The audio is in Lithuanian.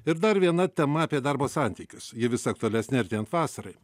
ir dar viena tema apie darbo santykius ji vis aktualesnė artėjant vasarai